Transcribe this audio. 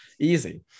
Easy